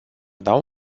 dau